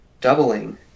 doubling